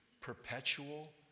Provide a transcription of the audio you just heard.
Perpetual